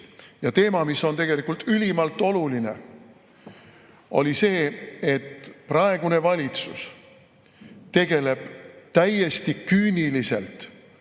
ja mis on tegelikult ülimalt oluline, on see, et praegune valitsus tegeleb täiesti küüniliselt